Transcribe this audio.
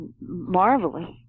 marvelous